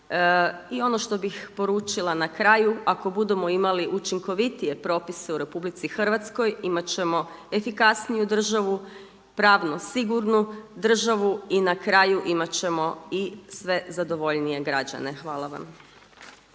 I ono što bih poručila na kraju. Ako budemo imali učinkovitije propise u RH imat ćemo efikasniju državu, pravno sigurnu državu i na kraju imat ćemo i sve zadovoljnije građane. Hvala vam.